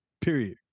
Period